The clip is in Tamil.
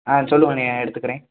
ஆ சொல்லுங்கண்ணே எடுத்துக்கிறேன்